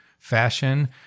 Fashion